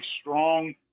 strong